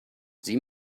sie